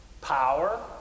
power